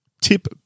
tip